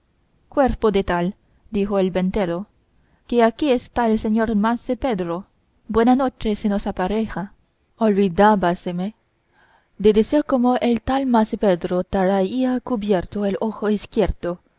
cuerpo de tal dijo el ventero que aquí está el señor mase pedro buena noche se nos apareja olvidábaseme de decir como el tal mase pedro traía cubierto el ojo izquierdo